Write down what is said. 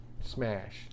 smash